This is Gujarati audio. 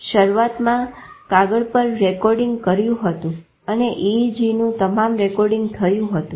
શરૂઆતમાં કાગળ પર રેકોર્ડીંગ કર્યું હતું અને EEG નું તમામ રેકોર્ડીંગ થયું હતું